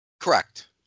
Correct